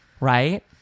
Right